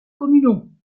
communaux